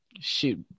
shoot